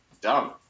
dumb